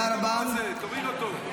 מה זה, תוריד אותו.